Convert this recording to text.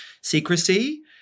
secrecy